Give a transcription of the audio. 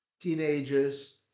teenagers